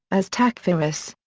as takfiris.